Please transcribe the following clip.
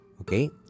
Okay